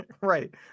Right